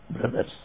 brothers